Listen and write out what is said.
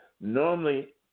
Normally